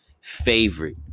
favorite